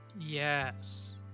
yes